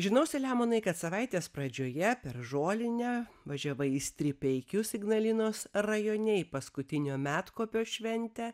žinau selemonai kad savaitės pradžioje per žolinę važiavai į stripeikius ignalinos rajone į paskutinio medkopio šventę